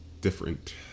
different